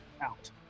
out